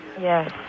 Yes